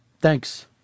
Thanks